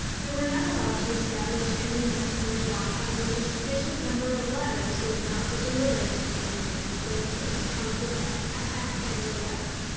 we were not allowed to establish any messenger's walk on which a sufficient number of letters would not be delivered to pay the man's wages, counted at a halfpenny a letter.